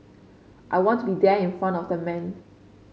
I want to be there in front of the man